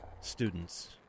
students